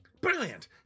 Brilliant